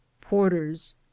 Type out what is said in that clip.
porters